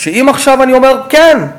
אם עכשיו אני אומר: כן,